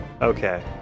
Okay